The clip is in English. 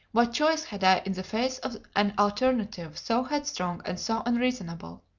what choice had i in the face of an alternative so headstrong and so unreasonable?